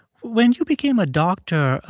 when you became a doctor,